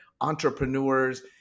entrepreneurs